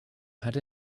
had